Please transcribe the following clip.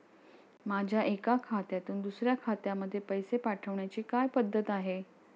माझ्या एका खात्यातून दुसऱ्या खात्यामध्ये पैसे पाठवण्याची काय पद्धत आहे?